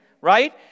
right